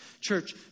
Church